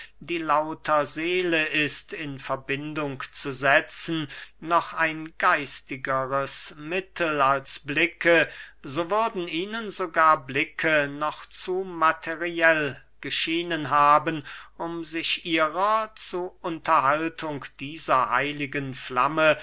die lauter seele ist in verbindung zu setzen noch ein geistigeres mittel als blicke so würden ihnen sogar blicke noch zu materiell geschienen haben um sich ihrer zu unterhaltung dieser heiligen flamme